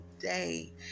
day